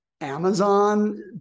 Amazon